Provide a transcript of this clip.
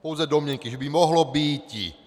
Pouze domněnky, že by mohlo býti.